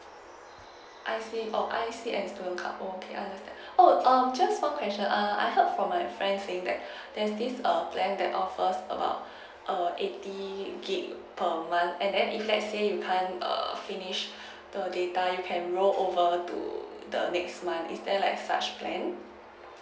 I see oh I_C and student card okay understand oh um just fun question err I heard from my friend saying that there's this err plan that offers about err eighty gigabyte per month and then if let's say you can't err finish the data you can roll over to the next month is there like such plan